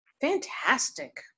Fantastic